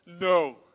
no